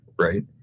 right